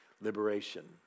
liberation